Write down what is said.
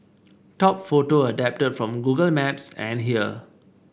top photo adapted from Google Maps and here